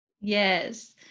Yes